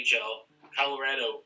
Colorado